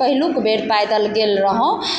पहिलुक बेर पैदल गेल रहुँ